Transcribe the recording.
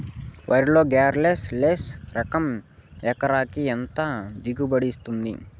వరి లో sugarless less రకం ఎకరాకి ఎంత దిగుబడినిస్తుంది